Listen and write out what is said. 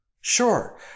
Sure